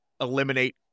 eliminate